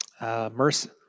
Mercy